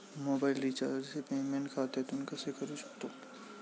Mobile रिचार्जचे payment खात्यातून कसे करू शकतो?